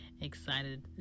excited